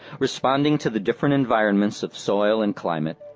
responding to the different environments of soil and climate,